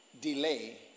delay